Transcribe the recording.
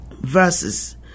Verses